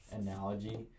analogy